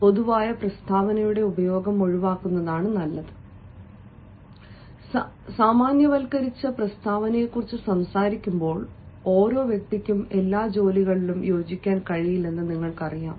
പൊതുവായ പ്രസ്താവനയുടെ ഉപയോഗം ഒഴിവാക്കുന്നതാണ് നല്ലത് സാമാന്യവൽക്കരിച്ച പ്രസ്താവനയെക്കുറിച്ച് സംസാരിക്കുമ്പോൾ ഓരോ വ്യക്തിക്കും എല്ലാ ജോലികളിലും യോജിക്കാൻ കഴിയില്ലെന്ന് നിങ്ങൾക്കറിയാം